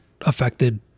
affected